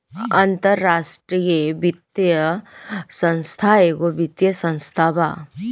अन्तराष्ट्रिय वित्तीय संस्था एगो वित्तीय संस्था बा